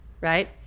right